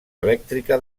elèctrica